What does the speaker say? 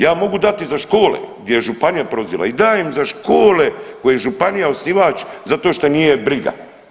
Ja mogu dati i za škole gdje je županija proziva i dajem za škole koje županija osnivač zato što nije briga.